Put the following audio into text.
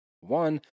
one